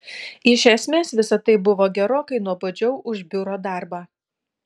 iš esmės visa tai buvo gerokai nuobodžiau už biuro darbą